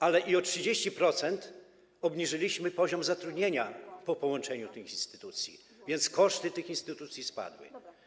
Ale i o 30% obniżyliśmy poziom zatrudnienia po połączeniu tych instytucji, więc koszty tych instytucji spadły.